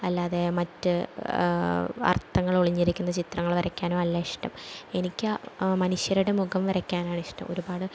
അല്ലാതെ മറ്റ് അർത്ഥങ്ങൾ ഒളിഞ്ഞിരിക്കുന്ന ചിത്രങ്ങൾ വരയ്ക്കാനോ അല്ല ഇഷ്ടം എനിക്ക് ആ മനുഷ്യരുടെ മുഖം വരയ്ക്കാനാണ് ഇഷ്ടം ഒരുപാട്